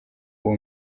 uwo